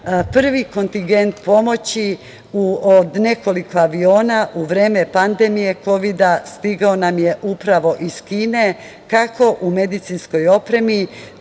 prvi kontigent pomoći u nekoliko aviona u vreme pandemije kovida stigao nam je upravo iz Kine, kako u medicinskoj opremi,